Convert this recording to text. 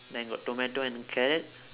then got tomato and carrot